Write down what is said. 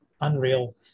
unreal